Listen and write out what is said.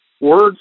words